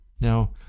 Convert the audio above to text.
Now